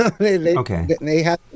okay